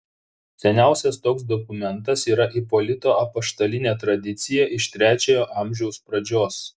seniausias toks dokumentas yra ipolito apaštalinė tradicija iš trečiojo amžiaus pradžios